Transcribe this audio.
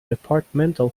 departmental